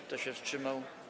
Kto się wstrzymał?